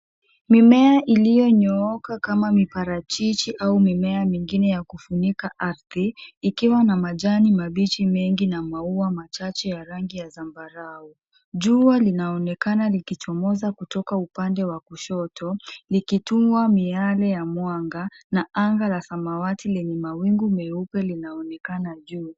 Mimea iliyo nyooka kama miparachichi au mimea mwingine ya kufunika ardhi, ikiwa na majani mabichi mengi na maua machache ya rangi ya zambarau. Jua linaonekana likichomoza kutoka upande wa kushoto, likitoa miale ya mwanga, na anga la samawati lenye mawingu meupe linaonekana juu.